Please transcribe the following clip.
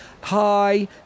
hi